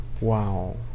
Wow